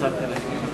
לרשותך.